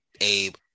Abe